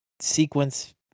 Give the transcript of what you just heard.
sequence